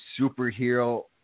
superhero